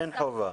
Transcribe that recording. אין חובה.